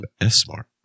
S-Smart